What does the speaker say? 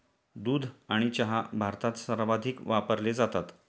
दूध आणि चहा भारतात सर्वाधिक वापरले जातात